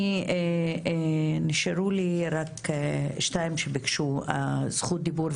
נשארו שתיים שביקשו זכות דיבור,